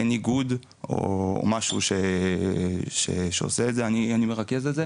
אין איגוד או משהו שעושה את זה, אני מרכז את זה.